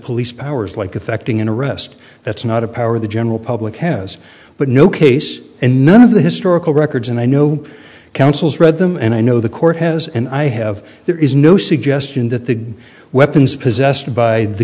police powers like affecting an arrest that's not a power the general public has but no case and none of the historical records and i know counsel's read them and i know the court has and i have there is no suggestion that the good weapons possessed by the